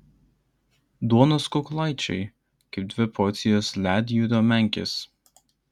duonos kukulaičiai kaip dvi porcijos ledjūrio menkės